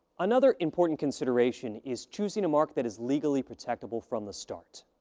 another important consideration is choosing a mark that is legally protected from the start.